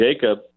Jacob